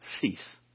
cease